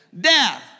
death